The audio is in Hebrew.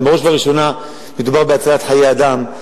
בראש ובראשונה מדובר בהצלת חיי אדם,